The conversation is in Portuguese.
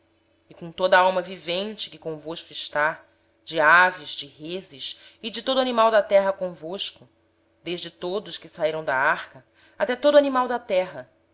e com todo ser vivente que convosco está com as aves com o gado e com todo animal da terra com todos os que saíram da arca sim com todo animal da terra